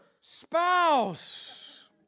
spouse